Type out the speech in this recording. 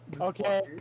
okay